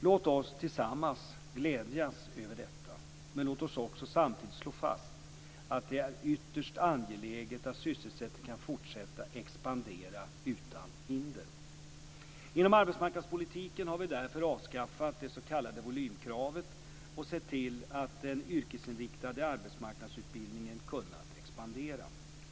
Låt oss tillsammans glädjas över detta. Men låt oss också samtidigt slå fast att det är ytterst angeläget att sysselsättningen kan fortsätta expandera utan hinder. Inom arbetsmarknadspolitiken har vi därför avskaffat det s.k. volymkravet och sett till att den yrkesinriktade arbetsmarknadsutbildningen kunnat expandera.